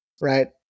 right